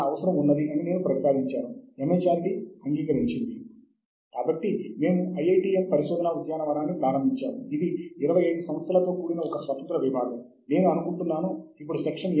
కొన్ని డేటాబేస్ లు అందుబాటులో ఉన్నాయి అవి వివిధ జర్నల్స్ మరియు కాన్ఫరెన్స్ ప్రొసీడింగ్స్ యొక్క సంపుటాలు